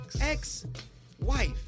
ex-wife